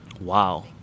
wow